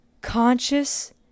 conscious